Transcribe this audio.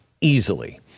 easily